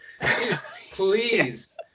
please